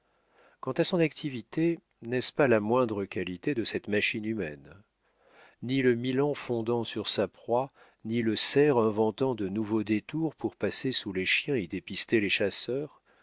quant à son activité n'est-ce pas la moindre qualité de cette machine humaine ni le milan fondant sur sa proie ni le cerf inventant de nouveaux détours pour passer sous les chiens et dépister les chasseurs